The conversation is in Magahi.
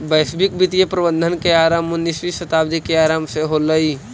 वैश्विक वित्तीय प्रबंधन के आरंभ उन्नीसवीं शताब्दी के आरंभ से होलइ